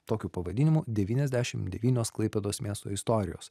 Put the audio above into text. tokiu pavadinimu devyniasdešim devynios klaipėdos miesto istorijos